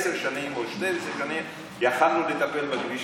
עשר שנים או 12 שנים יכולנו לטפל בכביש הזה,